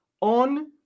on